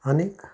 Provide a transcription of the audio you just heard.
आनीक